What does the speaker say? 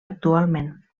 actualment